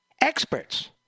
experts